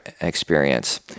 experience